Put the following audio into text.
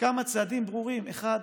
כמה צעדים ברורים: האחד,